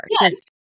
Yes